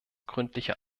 gründliche